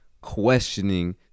questioning